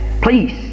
Please